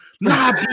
Nah